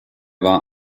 war